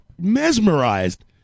Mesmerized